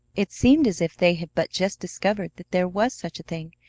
it seemed as if they had but just discovered that there was such a thing,